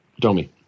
Domi